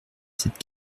cette